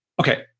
okay